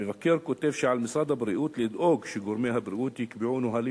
המבקר כותב שעל משרד הבריאות לדאוג שגורמי הבריאות יקבעו נהלים